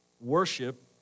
Worship